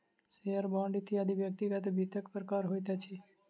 share, bond इत्यादि व्यक्तिगत वित्तक प्रकार होइत अछि